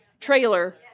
trailer